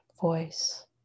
voice